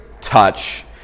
touch